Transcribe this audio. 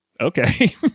Okay